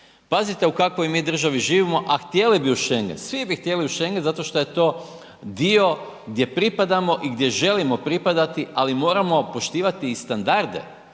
Pazite u kakvoj mi državi živimo, a htjeli bi u Schengen, svi bi htjeli u Schengen zato što je to dio gdje pripadamo i gdje želimo pripadati ali moramo poštivati i standarde